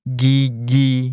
gigi